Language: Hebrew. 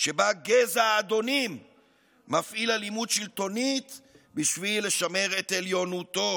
שבה גזע האדונים מפעיל אלימות שלטונית בשביל לשמר את עליונותו.